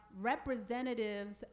representatives